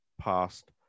past